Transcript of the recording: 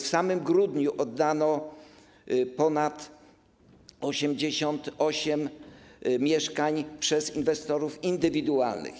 W samym grudniu zostało oddanych ponad 88 mieszkań przez inwestorów indywidualnych.